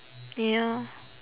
ya